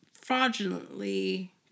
fraudulently